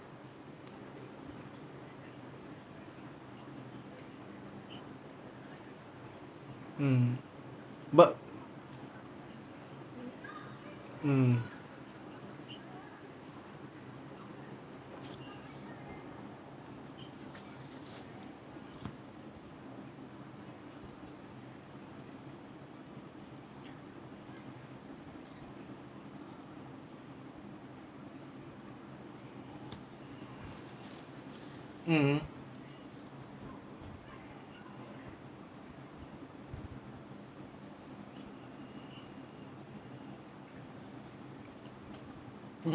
mm but mm mm